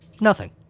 Nothing